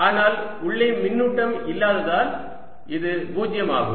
ஆனால் உள்ளே மின்னூட்டம் இல்லாததால் இது 0 ஆகும்